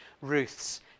Ruth's